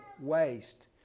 waste